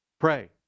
Pray